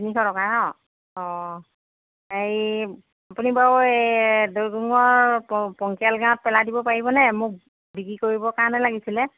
তিনিশ টকা ন অঁ হেৰি আপুনি বাৰু দৈপুঙৰ পংকিয়াল গাঁৱত পেলাই দিব পাৰিবনে মোক বিক্ৰী কৰিবৰ কাৰণে লাগিছিলে